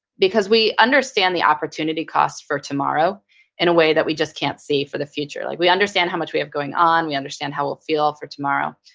because we understand the opportunity costs for tomorrow in a way that we just can't see for the future. like we understand how much we have going on, we understand how we'll feel for tomorrow.